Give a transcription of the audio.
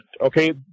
okay